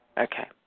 Okay